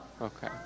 okay